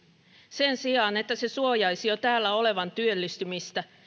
sen sijaan että se suojaisi jo täällä olevan työllistymistä